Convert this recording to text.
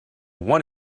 one